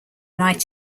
united